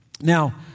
Now